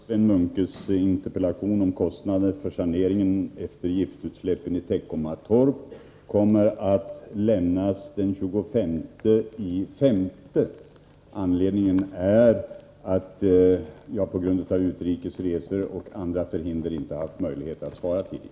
Herr talman! Svar på Sven Munkes interpellation om kostnaderna för saneringen efter giftutsläppen i Teckomatorp kommer att lämnas den 25 maj. På grund av utrikes resor och andra förhinder kommer jag inte att ha möjlighet att svara tidigare.